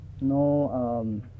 No